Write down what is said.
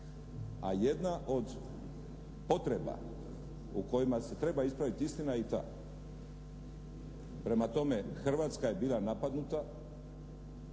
A jedna od potreba u kojima se treba ispraviti istina je i ta. Prema tome Hrvatska je bila napadnuta,